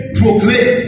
proclaim